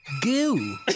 Goo